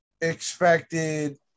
expected